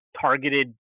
targeted